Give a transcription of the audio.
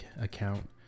account